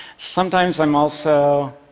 sometimes i'm also.